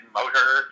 motor